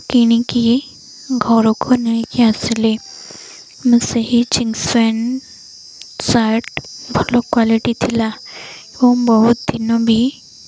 କିଣିକି ଘରକୁ ନେଇକି ଆସିଲେ ସେହି ଜିନ୍ସ ପ୍ୟାଣ୍ଟ ସାର୍ଟ ଭଲ କ୍ୱାଲିଟି ଥିଲା ଏବଂ ବହୁତ ଦିନ ବି